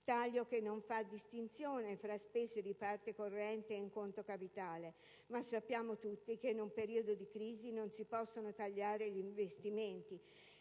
taglio che non fa distinzione tra spese di parte corrente e in conto capitale. Ma sappiamo tutti che in un periodo di crisi non si possono tagliare gli investimenti